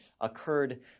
occurred